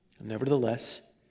Nevertheless